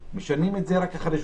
משנים את זה רק אחרי שבועיים.